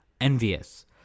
envious